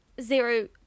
zero